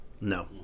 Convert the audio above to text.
no